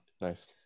Nice